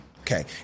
okay